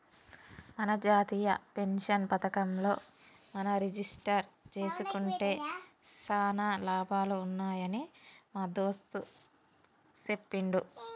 మన జాతీయ పెన్షన్ పథకంలో మనం రిజిస్టరు జేసుకుంటే సానా లాభాలు ఉన్నాయని మా దోస్త్ సెప్పిండు